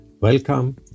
Welcome